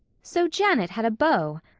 so janet had a beau!